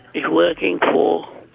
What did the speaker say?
it's working for